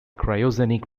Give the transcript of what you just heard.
cryogenic